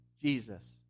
Jesus